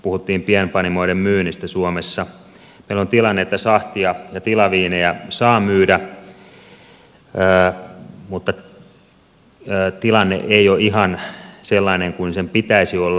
ymmärtääkseni meillä on tilanne että sahtia ja tilaviinejä saa myydä mutta tilanne ei ole ihan sellainen kuin sen pitäisi olla